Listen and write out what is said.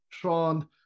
Tron